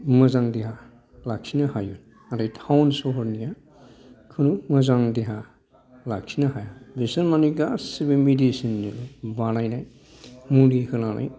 मोजां देहा लाखिनो हायो नाथाय टाउन सहरनिया खुनु मोजां देहा लाखिनो हाया बिसोर मानि गासिबो मेडिसिनजों बानायनाय मुलि होनानै